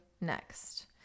next